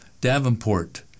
Davenport